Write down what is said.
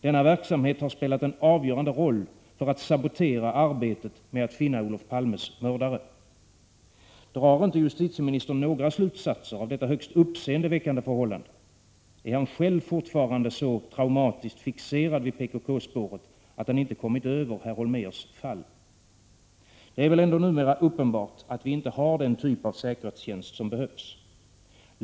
Denna verksamhet har spelat en avgörande roll för att sabotera arbetet med att finna Olof Palmes mördare. Drar inte justitieministern några som helst slutsatser av detta högst uppseendeväckande förhållande? Är han själv fortfarande så traumatiskt fixerad vid PKK-spåret att han inte kommit över herr Holmérs fall? Det är väl ändå numera uppenbart att vi inte har den typ av säkerhetstjänst som behövs.